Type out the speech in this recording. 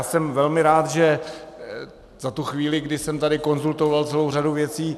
Jsem velmi rád i za tu chvíli, kdy jsem tady konzultoval celou řadu věcí.